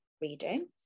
reading